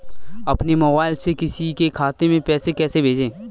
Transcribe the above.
अपने मोबाइल से किसी के खाते में पैसे कैसे भेजें?